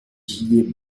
j’y